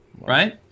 Right